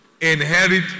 inherit